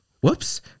whoops